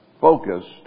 focused